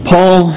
Paul